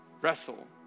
wrestle